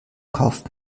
kauft